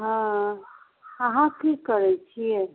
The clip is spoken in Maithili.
हँ अहाँ की करै छिए